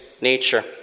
nature